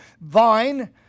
vine